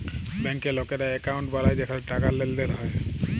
ব্যাংকে লকেরা একউন্ট বালায় যেখালে টাকার লেনদেল হ্যয়